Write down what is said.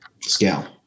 Scale